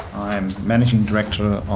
i'm managing director